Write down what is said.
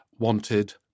wanted